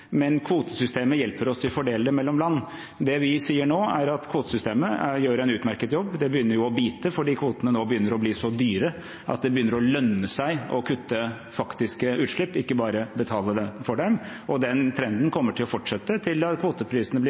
kvotesystemet hjelper oss til å fordele dem mellom land. Det vi sier nå, er at kvotesystemet gjør en utmerket jobb. Det begynner jo å bite, for kvotene begynner nå å bli så dyre at det begynner å lønne seg å kutte faktiske utslipp, ikke bare betale for dem. Den trenden kommer til å fortsette til kvoteprisene blir